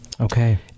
Okay